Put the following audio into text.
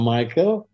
Michael